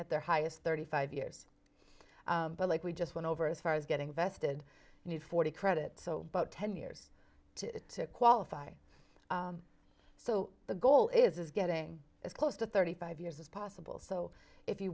at their highest thirty five years but like we just went over as far as getting vested need forty credit so about ten years to qualify so the goal is getting as close to thirty five years as possible so if you